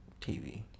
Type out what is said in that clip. TV